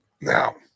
Now